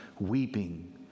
weeping